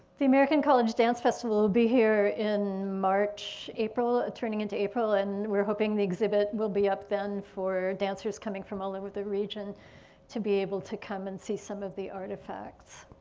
the american college dance festival will be here in march, april ah turning into april and we're hoping the exhibit will be up then for dancers coming from all over the region to be able to come and see some of the artifacts.